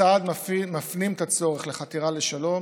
הצעד מפנים את הצורך לחתירה לשלום